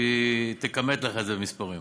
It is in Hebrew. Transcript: שהיא תכמת לך את זה במספרים.